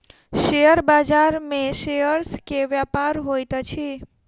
share बाजार में shares के व्यापार होइत अछि